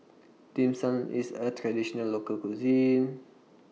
Dim Sum IS A Traditional Local Cuisine